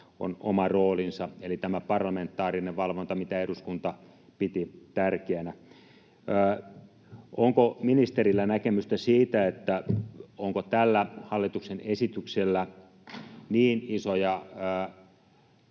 on oma roolinsa eli tämä parlamentaarinen valvonta, mitä eduskunta piti tärkeänä. Onko ministerillä näkemystä siitä, onko tällä hallituksen esityksellä niin isoja